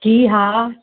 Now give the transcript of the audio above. जी हा